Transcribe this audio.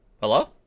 Hello